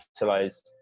utilize